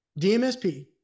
DMSP